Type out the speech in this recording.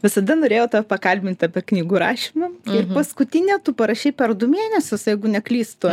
visada norėjau tave pakalbint apie knygų rašymą ir paskutinę tu parašei per du mėnesius jeigu neklystu